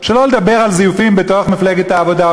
שלא לדבר על זיופים בתוך מפלגת העבודה,